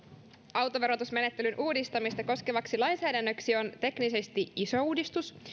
autoverotusmenettelyn uudistamista koskevaksi lainsäädännöksi on teknisesti iso uudistus